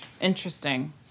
interesting